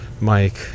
Mike